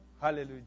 Hallelujah